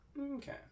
Okay